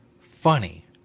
funny